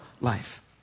life